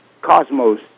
cosmos